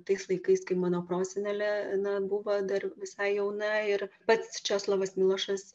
tais laikais kai mano prosenelė na buvo dar visai jauna ir pats česlovas milošas